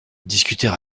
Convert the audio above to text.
discuter